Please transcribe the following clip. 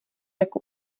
jako